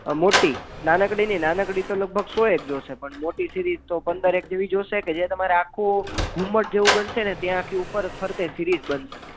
મોટી નાનકડી નઈ નાનકડી તો લગભગ સો એક જોશે પણ મોટી સિરીજ તો પંદર એક જેવી જોશે કે જે તમારે આખું ઘુંમટ જેવુ બનશે ત્યાં આખી ઉપર ફરતે સિરીજ બનશે